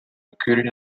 recruited